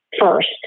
first